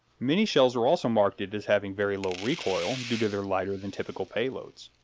mini shells are also marketed as having very low recoil, due to their lighter-than-typical payloads.